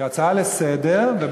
כהצעה לסדר-היום.